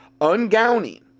ungowning